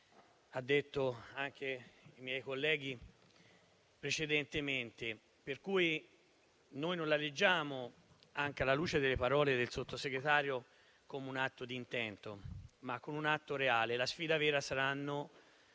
detto anche i miei colleghi precedentemente - per cui noi la leggiamo, anche alla luce delle parole del Sottosegretario, non come un atto di intento, ma come un atto reale. La sfida vera saranno